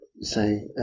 say